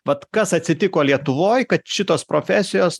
vat kas atsitiko lietuvoj kad šitos profesijos